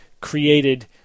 created